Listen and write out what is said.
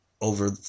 over